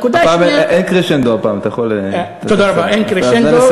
אין קרשנדו הפעם, אתה יכול, אין קרשנדו,